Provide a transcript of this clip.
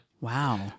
Wow